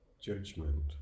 judgment